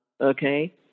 okay